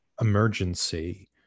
emergency